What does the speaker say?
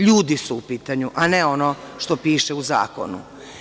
LJudi su u pitanju, a ne ono što piše u zakonu.